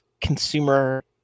consumer